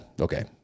okay